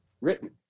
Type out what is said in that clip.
written